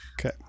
Okay